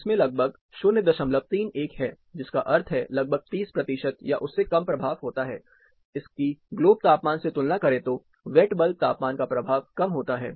इसमें लगभग 031 है जिसका अर्थ है लगभग 30 प्रतिशत या उससे कम प्रभाव होता है इसकी ग्लोब तापमान से तुलना करें तो वेट बल्ब तापमान का प्रभाव कम होता है